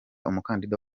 umukandida